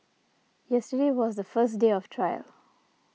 yesterday was the first day of trial